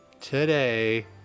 today